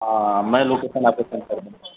हाँ मैं लोकेसन आपको सेन्ड कर दूँगा